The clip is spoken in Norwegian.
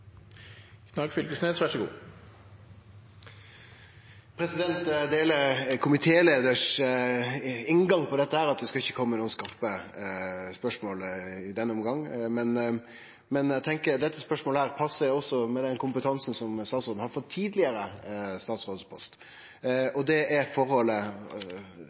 deler komitéleiarens inngang til dette: at vi ikkje skal kome med skarpe spørsmål i denne omgangen. Men dette spørsmålet tenkjer eg passar også til den kompetansen som statsråden har frå den tidlegare statsrådsposten sin. Det